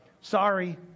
Sorry